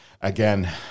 again